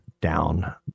down